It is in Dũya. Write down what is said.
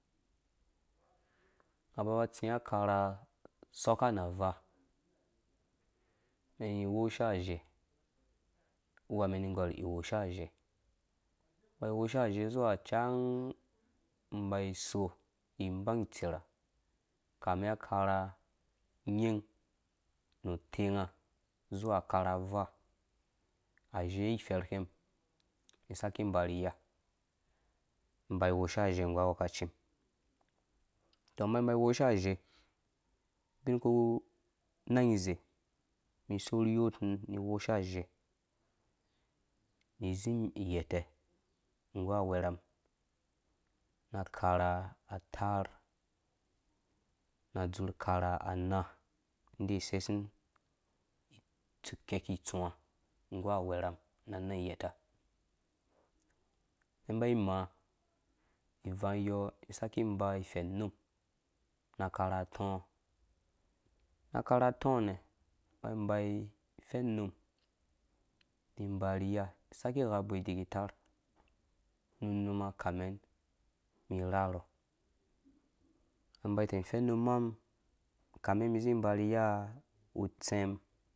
Nga ba ba si nga akarha sɔka na vaa mɛn wosha azhe wuhu mɛn ni gɔr iwo sha azhe mba wosha azhe zuwa cang mba so ibanyi atserha kame aharha nyin nu tenga zuwa a karha avaa azhe a fɛr ke mum saki ba ni iya imbra wosha azhe nggu awekaci mum tɔ mba ba wosha azhe tubin ku nang izei mi sorhi iyɔtum nu wosha azhe ni zi iyɛtɛ nggu a werha mum na akarha ataar na dzor karha anaa de sesum ikɛki itsã wã nggu awerham na nang ighɛta mɛm ba imaa ivang yɔ saki mba fɛnnum na karha atɔ na karha atɔha ne ba ba fɛn num ni barhi iya saki gha uboi diki tear nu muma kame mi rharɔ mi ba tɔng fɛnnum imaa mum kame mi zi mba rhi iya utsɛm.